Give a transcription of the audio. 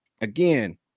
again